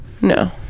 No